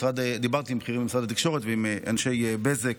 ודיברתי עם בכירים במשרד התקשורת ועם אנשי בזק